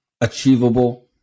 achievable